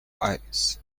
ice